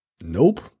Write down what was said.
nope